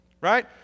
Right